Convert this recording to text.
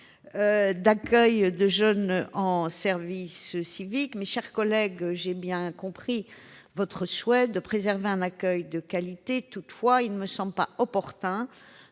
d'accueil de jeunes en service civique. Mes chers collègues, j'ai bien compris votre souhait de préserver un accueil de qualité, mais il ne me semble pas opportun